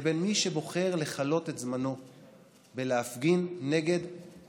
לבין מי שבוחר לכלות את זמנו בלהפגין נגד